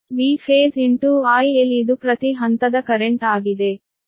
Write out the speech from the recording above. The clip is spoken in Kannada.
Vphase IL ಇದು ಪ್ರತಿ ಹಂತದ ಕರೆಂಟ್ ಆಗಿದೆ